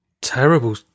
terrible